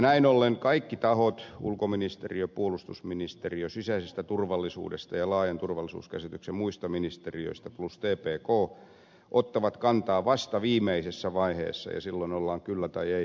näin ollen kaikki tahot ulkoministeriö puolustusministeriö sisäisestä turvallisuudesta ja laajasta turvallisuuskäsityksestä vastaavat osat muista ministeriöistä plus tpk ottavat kantaa vasta viimeisessä vaiheessa ja silloin ollaan kyllä tai ei tilanteessa